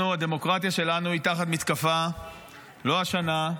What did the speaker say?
אנחנו, הדמוקרטיה שלנו היא תחת מתקפה לא השנה,